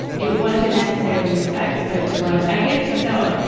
it wasn't necessarily sex, but it was i guess so,